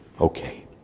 Okay